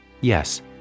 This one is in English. Yes